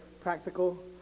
practical